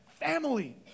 family